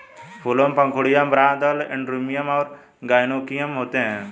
फूलों में पंखुड़ियाँ, बाह्यदल, एंड्रोमियम और गाइनोइकियम होते हैं